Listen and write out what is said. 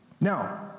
Now